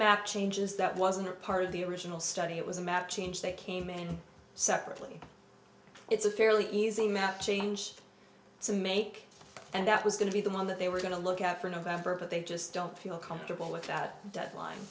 back changes that wasn't part of the original study it was a map change that came in separately it's a fairly easy map change to make and that was going to be the mother that they were going to look at for november but they just don't feel comfortable with that deadline